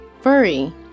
Furry